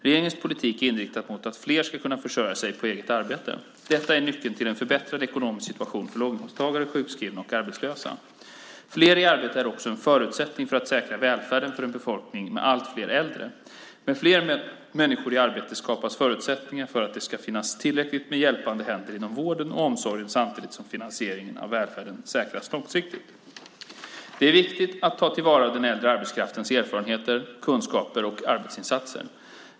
Regeringens politik är inriktad mot att fler ska kunna försörja sig på eget arbete. Detta är nyckeln till en förbättrad ekonomisk situation för låginkomsttagare, sjukskrivna och arbetslösa. Fler i arbete är också en förutsättning för att säkra välfärden för en befolkning med allt fler äldre. Med fler människor i arbete skapas förutsättningar för att det ska finnas tillräckligt med hjälpande händer inom vård och omsorg samtidigt som finansieringen av välfärden säkras långsiktigt. Det är viktigt att ta till vara den äldre arbetskraftens erfarenheter, kunskaper och arbetsinsatser.